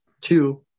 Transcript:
two